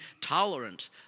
tolerant